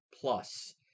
Plus